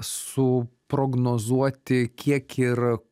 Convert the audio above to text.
suprognozuoti kiek ir